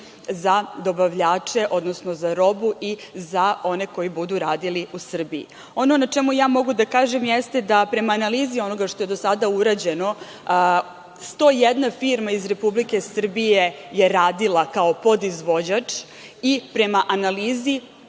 za dobavljače, odnosno za robu i za one koji budu radili u Srbiji. Ono što ja mogu da kažem, jeste da prema analizi onoga što je do sada urađeno, 101 firma iz Republike Srbije je radila kao podizvođač i prema analizi